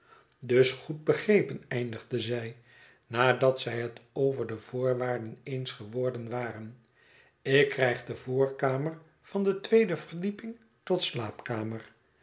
dus goed begrepen eindigde zij nadat zij het over de voorwaarden eens geworden waren ikkrijgde voorkamer van de tweede verdieping tot slaapkamer